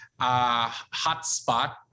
hotspot